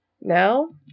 No